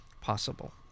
possible